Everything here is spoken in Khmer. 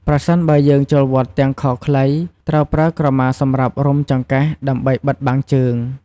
ប្រសិនបើយើងចូលវត្តទាំងខោខ្លី ត្រួវប្រើក្រមាសម្រាប់រុំចង្កេះ ដើម្បីបិទបាំងជើង។